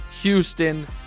Houston